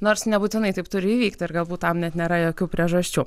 nors nebūtinai taip turi įvykti ir galbūt tam net nėra jokių priežasčių